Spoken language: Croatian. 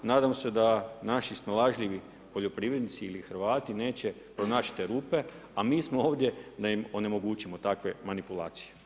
Nadam se da naši snalažljivi poljoprivrednici ili Hrvati neće pronaći te rupe, a mi smo ovdje da im onemogućimo takve manipulacije.